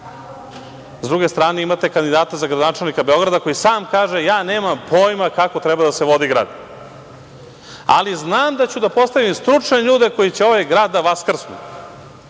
druge strane, imate kandidata za gradonačelnika Beograda koji sam kaže – ja nemam pojma kako treba da se vodi grad, ali znam da ću da postavim stručne ljude koji će ovaj grad da vaskrsnu.